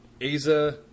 Aza